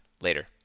later